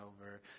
over